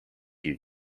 you